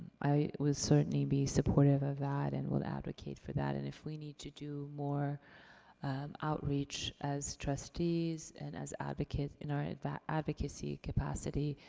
i would certainly be supportive of that, and would advocate for that. and if we need to do more outreach as trustees, and as advocates in our advocacy capacity,